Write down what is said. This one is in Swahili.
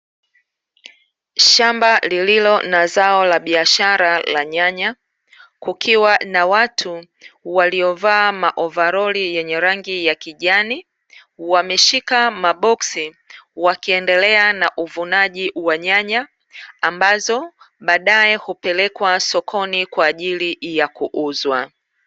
Shamba lililo na zao la biashara la nyanya, kukiwa na watu waliovaa maovaroli yenye rangi ya kijani, wameshika maboksi wakiendelea na uvunaji wa nyanya, ambazo baadae hupelekwa sokoni kwa ajili ya kuuzwa.